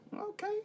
Okay